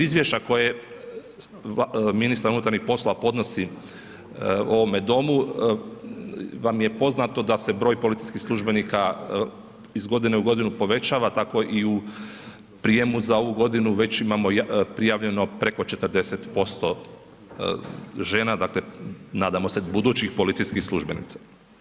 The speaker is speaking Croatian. Iz izvješća koje ministar unutarnjih poslova podnosi o ovome domu, vam je poznato da se broj policijskih službenika iz godine u godine povećava tako i u prijemu za ovu godinu, već imamo prijavljeno preko 40% žena da, nadamo se budućih policijskih službenica.